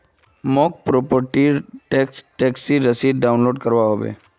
मौक प्रॉपर्टी र टैक्स टैक्सी रसीद डाउनलोड करवा होवे